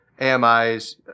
AMIs